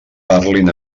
parlin